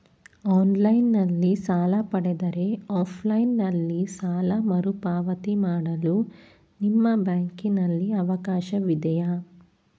Online ನಲ್ಲಿ ಸಾಲ ಪಡೆದರೆ ಆಫ್ಲೈನ್ ನಲ್ಲಿ ಸಾಲ ಮರುಪಾವತಿ ಮಾಡಲು ನಿಮ್ಮ ಬ್ಯಾಂಕಿನಲ್ಲಿ ಅವಕಾಶವಿದೆಯಾ?